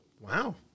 Wow